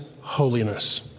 Holiness